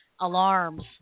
alarms